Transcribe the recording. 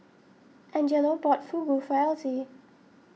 Angelo bought Fugu for Elsie